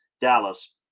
Dallas